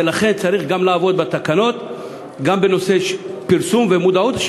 לכן צריך לעבוד בתקנות גם בנושא פרסום ומודעות.